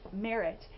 merit